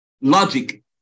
logic